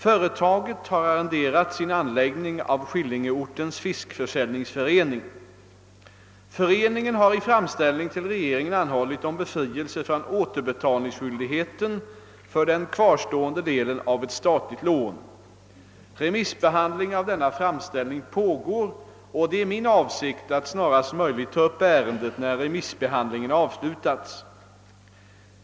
Företaget har arrenderat sin anläggning av Skillingeortens fiskförsäljningsförening. Föreningen har i framställning till regeringen anhållit om befrielse från återbetalningsskyldigheten för den kvarstående delen av ett statligt lån. Remissbehandling av denna framställning pågår. Det är min avsikt att snarast möjligt ta upp ärendet, när remissbehandlingen avslutats.